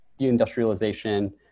deindustrialization